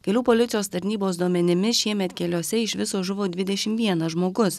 kelių policijos tarnybos duomenimis šiemet keliuose iš viso žuvo dvidešimt vienas žmogus